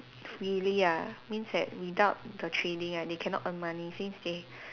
really ah means that without the trading right they cannot earn money since they